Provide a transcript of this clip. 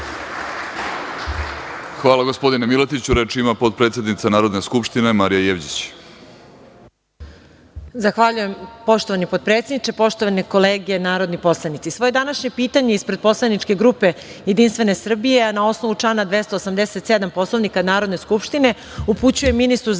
Hvala gospodine Miletiću. Reč ima potpredsednica Narodne skupštine Marija Jevđić.